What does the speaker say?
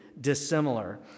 dissimilar